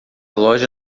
loja